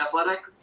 Athletic